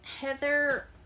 Heather